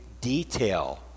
detail